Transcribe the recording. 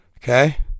Okay